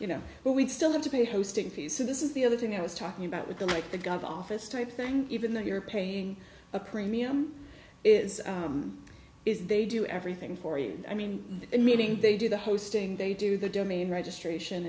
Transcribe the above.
you know but we still have to pay hosting fees so this is the other thing i was talking about with the like the gov office type thing even though you're paying a premium is they do everything for you i mean in meeting they do the hosting they do the domain registration